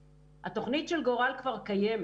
התוכנית של גורל כבר קיימת.